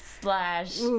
slash